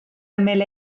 ymyl